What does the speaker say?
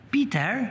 Peter